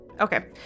Okay